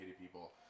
people